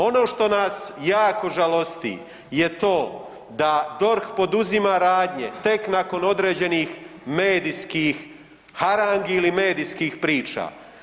Ono što nas jako žalosti je to da DORH poduzima radnje tek nakon određenih medijskih harangi ili medijskih priča.